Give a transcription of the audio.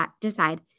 decide